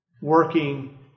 working